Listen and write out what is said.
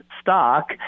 stock